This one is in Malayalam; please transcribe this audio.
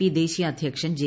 പി ദേശീയ അധ്യക്ഷൻ ജെ